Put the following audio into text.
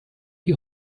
die